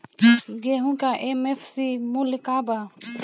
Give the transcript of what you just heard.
गेहू का एम.एफ.सी मूल्य का बा?